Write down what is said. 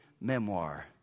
memoir